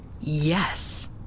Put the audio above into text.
Yes